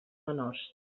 menors